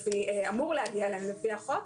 אמור להגיע להם לפי החוק,